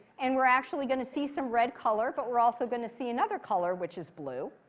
and we're actually going to see some red color. but we're also going to see another color which is blue.